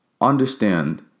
Understand